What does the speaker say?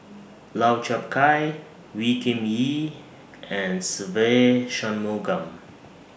Lau Chiap Khai Wee Kim Wee and Se Ve Shanmugam